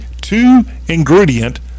two-ingredient